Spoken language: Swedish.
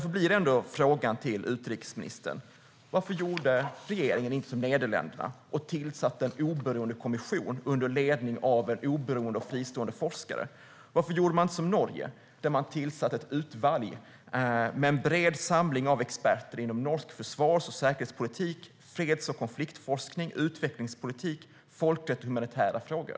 Min fråga till utrikesministern blir därför varför regeringen inte gjorde som Nederländerna och tillsatte en oberoende kommission under ledning av en oberoende och fristående forskare. Varför gjorde man inte som Norge, som tillsatte ett "utvalg" med en bred samling experter inom norsk försvars och säkerhetspolitik, freds och konfliktforskning, utvecklingspolitik, folkrätt och humanitära frågor?